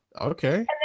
okay